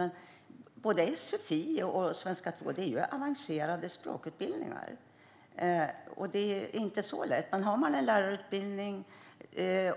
Men både sfi och svenska 2 är avancerade språkutbildningar, och det är inte så lätt. Men om man har en lärarutbildning